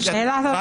שאלת הבהרה.